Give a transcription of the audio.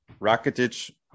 Rakitic